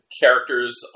characters